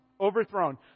overthrown